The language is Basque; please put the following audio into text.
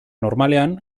normalean